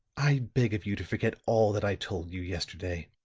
i beg of you to forget all that i told you yesterday,